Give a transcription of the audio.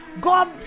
god